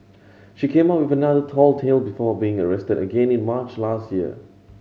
she came up another tall tale before being arrested again in March last year